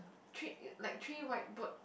three like three white birds